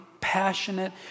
passionate